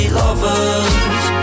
lovers